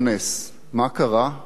אני צריך לתת לך הערכת עובדים.